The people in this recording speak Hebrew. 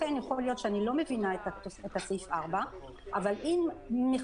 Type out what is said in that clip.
לכן יכול להיות שאני לא מבינה את חריג 4. אבל אם מכניסים